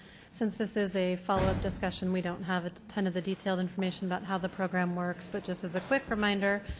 since this is a follow-up discussion, we don't have a ton of the detailed information about how the program works, but just as a quick reminder.